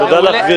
תודה לך, גברתי.